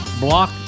block